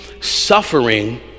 suffering